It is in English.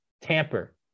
tamper